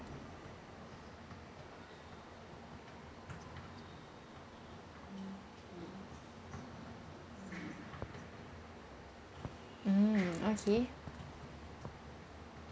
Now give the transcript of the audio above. mm okay